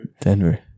Denver